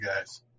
guys